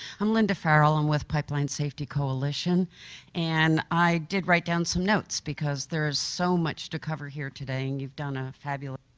i'm linda pharaoh um with pipeline safety coalition and i did write down some notes because there is so much to cover here today and you have done a fabulous